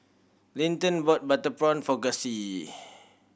Linton bought butter prawn for Gussie